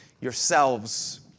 yourselves